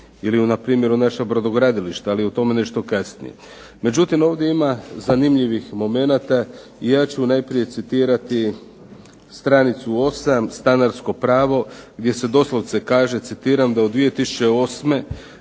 Ili npr. u naša brodogradilišta, ali o tome nešto kasnije. Međutim, ovdje ima zanimljivih momenata i ja ću najprije citirati stranicu 8. stanarsko pravo gdje se doslovce kaže, citiram: "da u 2008.